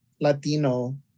Latino